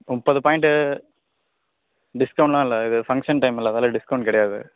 முப்பது பாயிண்ட்டு டிஸ்கவுண்ட்லாம் இல்லை இது ஃபங்க்ஷன் டைமில் அதால டிஸ்கவுண்ட் கிடையாது